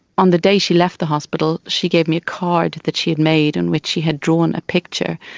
on the day she left the hospital she gave me a card that she had made on which she had drawn a picture,